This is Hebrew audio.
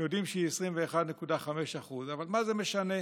יודעים שהיא 21.5%. אבל מה זה משנה?